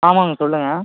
ஆமாங்க சொல்லுங்கள்